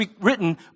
written